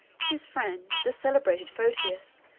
his friend, the celebrated photius,